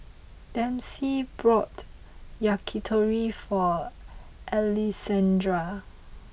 Dempsey brought Yakitori for Alessandra